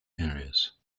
areas